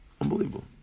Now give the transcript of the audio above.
Unbelievable